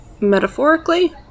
metaphorically